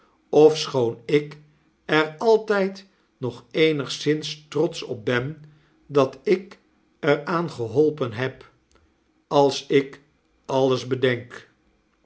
ofschoon ik er altyd nog eenigszins trotsch op ben dat ik er aan geholpen heb als ik alles bedenk